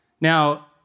Now